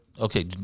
Okay